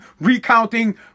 recounting